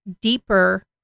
deeper